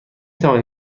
توانی